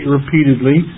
repeatedly